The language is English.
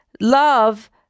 love